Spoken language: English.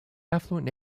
affluent